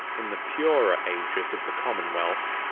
in the purer ages of the commonwealth,